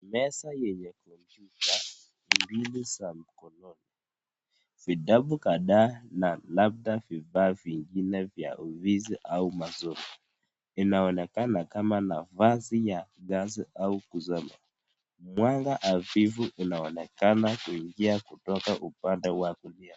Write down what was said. Meza yenye kompyuta mbili za mkononi, vitabu kadhaa na labda vifaa vingine vya ofisi au masomo. Inaonekana kama nafasi ya kazi au kusoma. Mwanga hafifu inaonekana kuingia kutoka upande wa kulia.